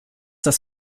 dass